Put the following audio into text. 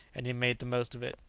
and he made the most of it.